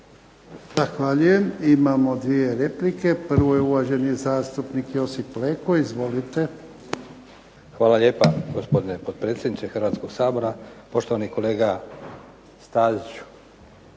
Zahvaljujem. Imamo dvije replike. Prvo je uvaženi zastupnik Josip Leko. Izvolite. **Leko, Josip (SDP)** Hvala lijepa, gospodine potpredsjedniče Hrvatskoga sabora. Poštovani kolega Staziću,